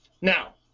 Now